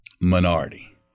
minority